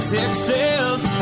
Texas